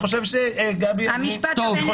המשפט הבין-לאומי.